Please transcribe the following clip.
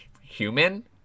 human